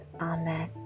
Amen